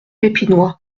pépinois